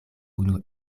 unu